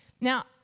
Now